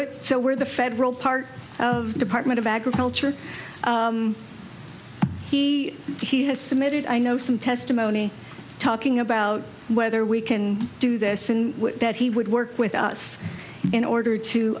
it so where the federal part of the department of agriculture he has submitted i know some testimony talking about whether we can do this and that he would work with us in order to